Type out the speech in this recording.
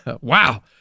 Wow